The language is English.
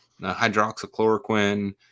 hydroxychloroquine